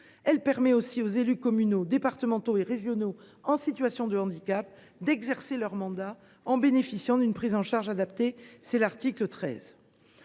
Il permet aux élus communaux, départementaux et régionaux en situation de handicap d’exercer leur mandat en bénéficiant d’une prise en charge adaptée : c’est l’article 13.